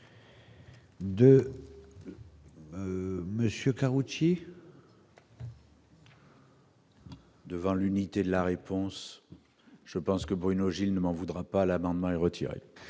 Karoutchi. Devant l'unité de la réponse, je pense que Bruno Gilles, ne m'en voudra pas, l'amendement est retirée